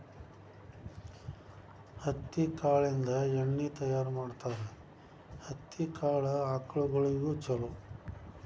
ಹತ್ತಿ ಕಾಳಿಂದ ಎಣ್ಣಿ ತಯಾರ ಮಾಡ್ತಾರ ಹತ್ತಿ ಕಾಳ ಆಕಳಗೊಳಿಗೆ ಚುಲೊ